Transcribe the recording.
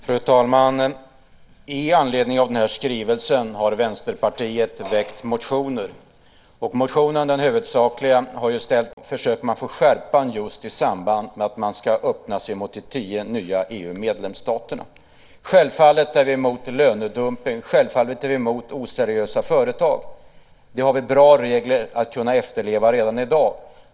Fru talman! Men det är ganska märkligt att man försöker få skärpa i alla dessa förslag just i samband med att man ska öppna sig mot de tio nya EU-medlemsstaterna. Självfallet är vi emot lönedumpning. Självfallet är vi emot oseriösa företag. Det har vi bra regler för redan i dag.